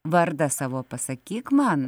vardą savo pasakyk man